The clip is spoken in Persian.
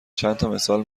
چندتامثال